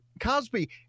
Cosby